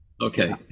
Okay